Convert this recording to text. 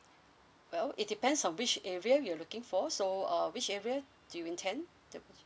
well it depends on which area you're looking for so uh which area do you intend to